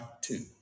two